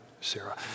Sarah